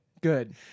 Good